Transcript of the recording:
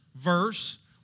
verse